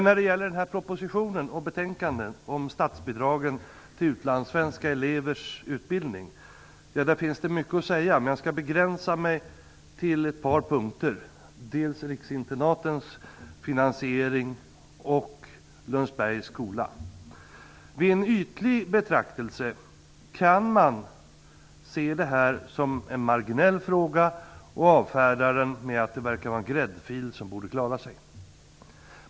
När det gäller propositionen och betänkandet om statsbidragen till utlandssvenska elevers utbildning finns mycket att säga, men jag skall begränsa mig till ett par punkter: riksinternatens finansiering och Vid en ytlig betraktelse kan man se det här som en marginell fråga och avfärda den med att skolorna verkar vara en gräddfil och borde kunna klara sig.